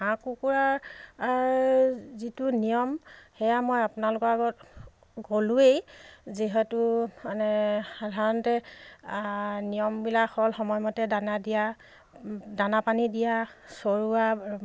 হাঁহ কুকুৰাৰ যিটো নিয়ম সেয়া মই আপোনালোকৰ আগত ক'লোঁৱেই যিহেতু মানে সাধাৰণতে নিয়মবিলাক হ'ল সময়মতে দানা দিয়া দানা পানী দিয়া চৰোৱা